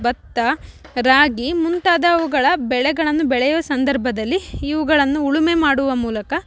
ಭತ್ತ ರಾಗಿ ಮುಂತಾದವುಗಳ ಬೆಳೆಗಳನ್ನು ಬೆಳೆಯೋ ಸಂದರ್ಭದಲ್ಲಿ ಇವುಗಳನ್ನು ಉಳುಮೆ ಮಾಡುವ ಮೂಲಕ